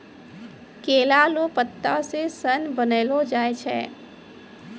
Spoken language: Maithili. केला लो पत्ता से सन बनैलो जाय छै